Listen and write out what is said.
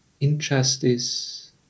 injustice